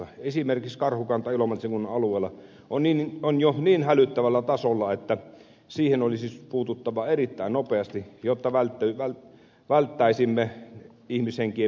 esimerkiksi karhukanta ilomantsin kunnan alueella on jo niin hälyttävällä tasolla että siihen olisi puututtava erittäin nopeasti jotta välttäisimme ihmishenkien menetykset